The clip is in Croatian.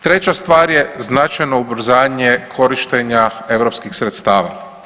Treća stvar je značajno ubrzanje korištenja europskih sredstava.